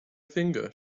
finger